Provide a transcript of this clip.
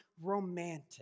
romantic